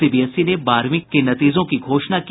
CBSE ने बारहवीं के नतीजों की घोषणा की